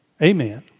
Amen